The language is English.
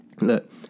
look